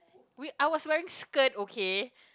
we I was wearing skirt okay